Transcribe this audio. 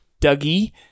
Dougie